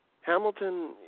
Hamilton